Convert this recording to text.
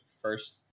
first